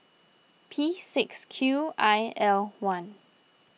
P six Q I L one